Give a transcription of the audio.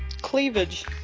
cleavage